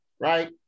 right